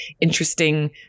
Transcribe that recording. interesting